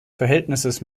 verhältnisses